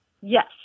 Yes